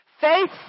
Faith